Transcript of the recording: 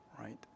right